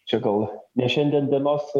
čia gal ne šiandien dienos